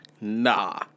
Nah